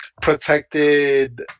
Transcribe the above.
protected